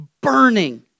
burning